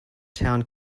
town